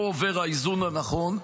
פה עובר האיזון הנכון,